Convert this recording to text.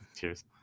cheers